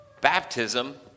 baptism